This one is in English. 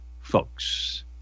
folks